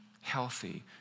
healthy